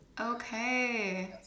Okay